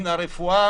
מהרפואה,